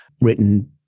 written